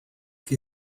que